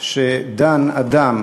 שדן אדם